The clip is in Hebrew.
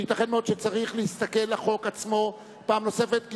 שייתכן מאוד שצריך להסתכל על החוק עצמו פעם נוספת,